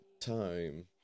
time